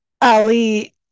Ali